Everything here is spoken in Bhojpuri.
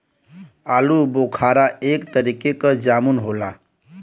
आलूबोखारा एक तरीके क जामुन होला